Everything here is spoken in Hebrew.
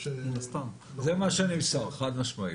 זה מה שנמסר, חד משמעית.